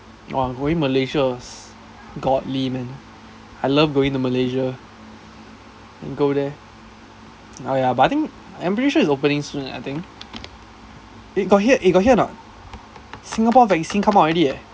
orh going malaysia was godly man I love going to malaysia go there orh ya but I think I'm pretty sure it's opening soon leh I think you got hear you got hear a not singapore vaccine come out already leh